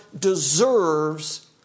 deserves